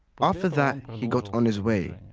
after that, he got on his way.